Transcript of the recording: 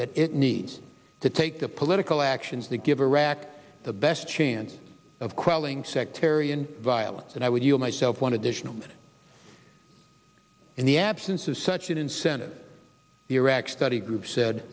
that it needs to take the political actions that give iraq the best chance of crawling sectarian violence and i would feel myself one additional in the absence of such an incentive the iraq study group said